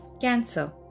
cancer